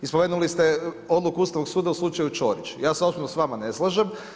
I spomenuli ste odluku Ustavnog suda u slučaj Čorić, ja se osobno s vama ne slažem.